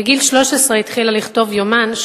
בגיל 13 היא התחילה לכתוב יומן,